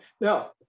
Now